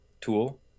tool